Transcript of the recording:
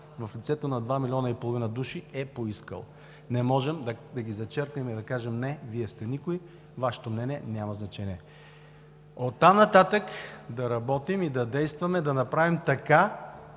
в лицето на два милиона и половина души е поискал. Не можем да ги зачеркнем и да кажем: не, Вие сте никой, Вашето мнение няма значение. Оттам нататък да работим и да действаме да направим така,